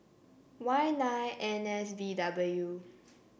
Y nine N S V W